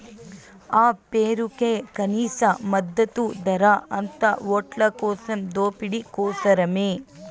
ఆ పేరుకే కనీస మద్దతు ధర, అంతా ఓట్లకోసం దోపిడీ కోసరమే